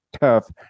tough